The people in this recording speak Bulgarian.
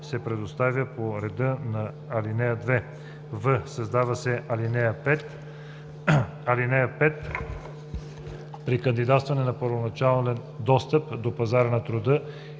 се предоставя по реда на ал. 2.“; в) създава се ал. 5: „(5) При кандидатстване за първоначален достъп до пазара на труда